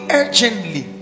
urgently